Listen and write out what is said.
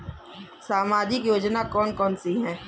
सामाजिक योजना कौन कौन सी हैं?